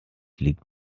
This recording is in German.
liegt